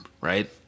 Right